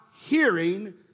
hearing